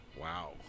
Wow